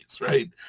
right